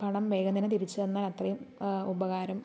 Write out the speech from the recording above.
പണം വേഗം തന്നെ തിരിച്ചു തന്നാൽ അത്രയും ഉപകാരം